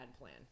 plan